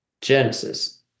Genesis